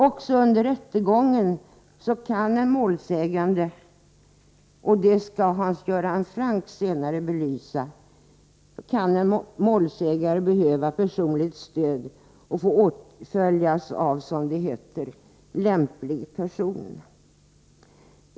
Också under rättegången kan en målsägande som behöver personligt stöd få åtföljas av, som det heter, lämplig person. Hans Göran Franck kommer senare att belysa detta.